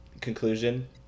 conclusion